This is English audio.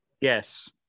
Yes